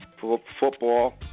football